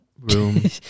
room